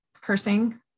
cursing